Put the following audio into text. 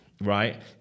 right